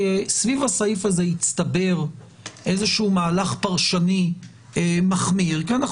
כי סביב הסעיף הזה הצטבר איזשהו מהלך פרשני מחמיר כי אנחנו